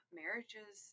marriages